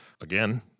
Again